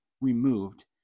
removed